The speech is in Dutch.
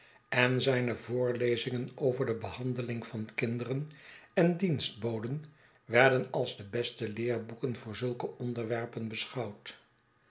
en zijne voorlezingen over de behandeling van kinderen en dienstboden werden als de beste leerboeken voor zulke onderwerpen beschouwd